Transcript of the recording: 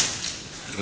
Hvala.